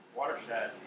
watershed